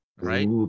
right